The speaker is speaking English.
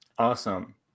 Awesome